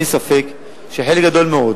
אין לי ספק שחלק גדול מאוד